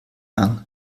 hang